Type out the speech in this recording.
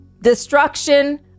Destruction